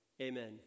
Amen